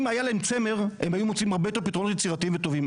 אם היה להם צמר הם היו מוצאים הרבה יותר פתרונות יצירתיים וטובים,